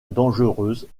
dangereuses